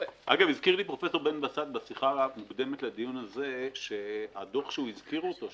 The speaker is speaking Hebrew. הזכיר לי פרופ' בן בסט בשיחה המוקדמת לדיון הזה שהדוח שהוא הזכיר אותו,